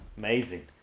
amazing.